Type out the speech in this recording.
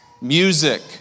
music